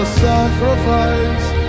sacrifice